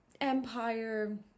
empire